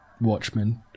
Watchmen